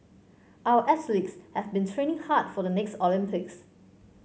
our athletes have been training hard for the next Olympics